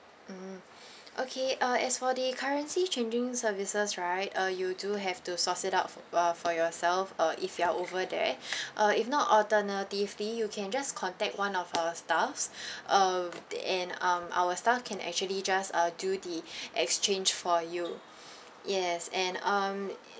mm okay uh as for the currency changing services right uh you do have to source it out f~ uh for yourself uh if you're over there uh if not alternatively you can just contact one of our staffs uh and um our staff can actually just uh do the exchange for you yes and um